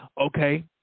Okay